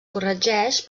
corregeix